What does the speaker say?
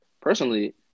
personally